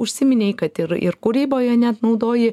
užsiminei kad ir ir kūryboje net naudoji